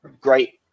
great